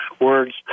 words